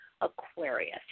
Aquarius